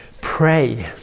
pray